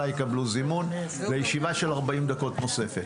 יקבלו זימון גם הם לישיבה נוספת של 40 דקות.